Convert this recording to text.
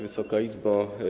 Wysoka Izbo!